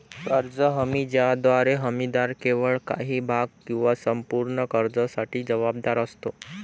कर्ज हमी ज्याद्वारे हमीदार केवळ काही भाग किंवा संपूर्ण कर्जासाठी जबाबदार असतो